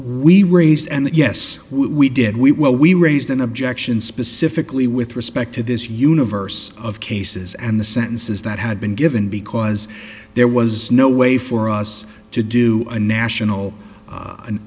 we raised and that yes we did we will we raised an objection specifically with respect to this universe of cases and the sentences that had been given because there was no way for us to do a national